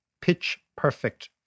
pitch-perfect